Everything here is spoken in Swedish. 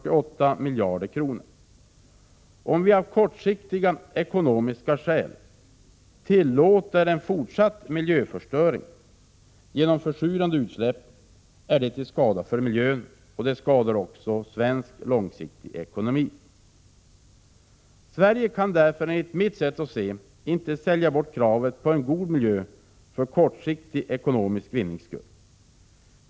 Om vi av kortsiktiga ekonomiska skäl tillåter en fortsatt miljöförstöring genom försurande utsläpp, är detta till skada för miljön. Det skadar också långsiktigt svensk ekonomi. Sverige kan därför, enligt mitt sätt att se, inte sälja bort kravet på en god miljö för kortsiktig ekonomisk vinnings skull.